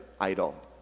idol